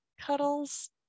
cuddles